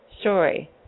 story